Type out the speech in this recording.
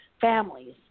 families